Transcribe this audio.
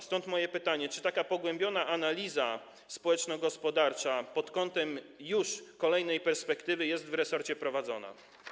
Stąd moje pytanie: Czy taka pogłębiona analiza społeczno-gospodarcza pod kątem kolejnej perspektywy jest już w resorcie prowadzona?